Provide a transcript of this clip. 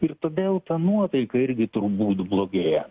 ir todėl ta nuotaika irgi turbūt blogėja